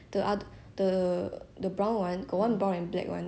抢那个 black 的食物 so end up right